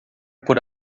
por